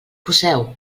poseu